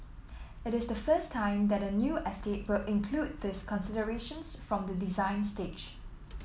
it is the first time that a new estate will include these considerations from the design stage